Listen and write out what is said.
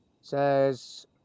says